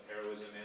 heroism